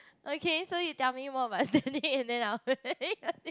okay so you tell me more about and then I will